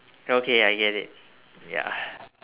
okay I get it ya